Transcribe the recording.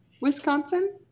Wisconsin